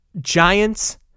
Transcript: Giants